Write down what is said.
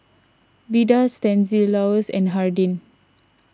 Beda Stanislaus and Hardin